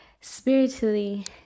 spiritually